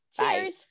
Cheers